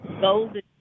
golden